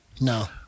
No